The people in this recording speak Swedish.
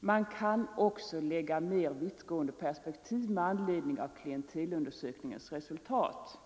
Man kan också lägga mer vittgående perspektiv på klientelundersökningens resultat.